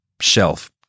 shelf